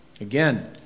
Again